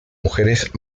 mujeres